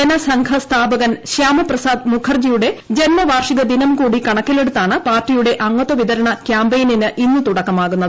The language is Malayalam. ജനസംഘ സ്ഥാപകൻ ശൃാമപ്രസാദ് മുഖർജിയുടെ ജന്മവാർഷികദിനം കൂടി കണക്കിലെടുത്താണ് പാർട്ടിയുടെ അംഗത്വവിതരണ ക്യാമ്പയിന് ഇന്ന് തുടക്കമാകുന്നത്